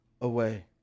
away